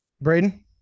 Braden